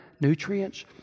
nutrients